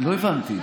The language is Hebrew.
לא הבנתי.